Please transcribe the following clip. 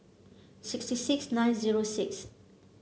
sixty six nine zero six